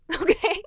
okay